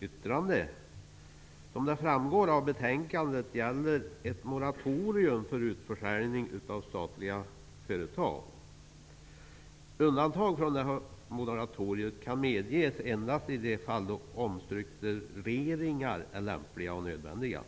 yttrande. Som framgår av betänkandet gäller ett moratorium för utförsäljning av statliga företag. Undantag från moratoriet kan medges endast i de fall då omstruktureringar är lämpliga och nödvändiga.